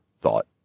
thought